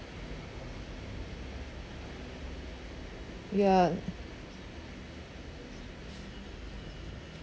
ya